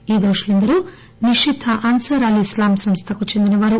ఈ దోషులందరూ నిషిద్ద ఆన్సర్ అల్ ఇస్లామ్ సంస్థకు చెందినవారు